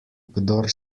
kdor